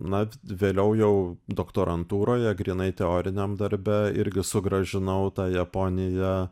na vėliau jau doktorantūroje grynai teoriniam darbe irgi sugrąžinau tą japoniją